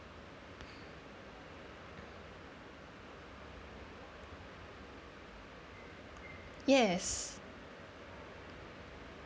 yes